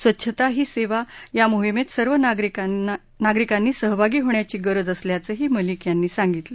स्वच्छता ही सेवा या मोहिमेत सर्व नागरिकांनी सहभागी होण्याची गरज असल्याचंही मलिक यांनी सांगितलं